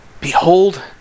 Behold